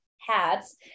hats